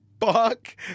fuck